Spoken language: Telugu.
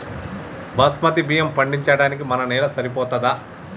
బాస్మతి బియ్యం పండించడానికి మన నేల సరిపోతదా?